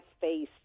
face